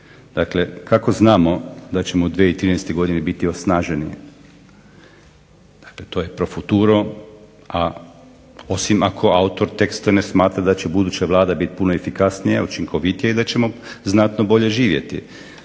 Dakle, kako znamo da ćemo 2013. biti osnaženi? Dakle, to je profuturo, a osim ako autor teksta ne smatra da će buduća Vlada biti puno efikasnija, učinkovitija i da ćemo znatno bolje živjeti.